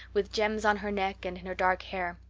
with gems on her neck and in her dark hair.